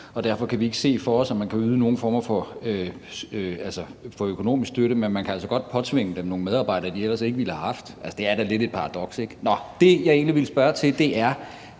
derfor ikke kan se for sig, at man kan yde nogen form for økonomisk støtte, men man kan altså godt påtvinge dem nogle medarbejdere, som de ellers ikke ville have haft. Det er da lidt et paradoks. Det, jeg egentlig vil spørge om, er